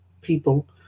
people